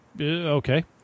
Okay